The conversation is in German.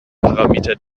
parameter